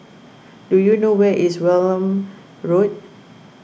do you know where is Welm Road